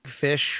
fish